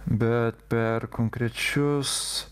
bet per konkrečius